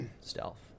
Stealth